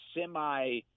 semi